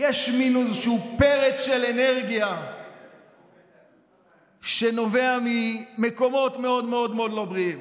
יש מין איזשהו פרץ של אנרגיה שנובע ממקומות מאוד מאוד מאוד לא בריאים.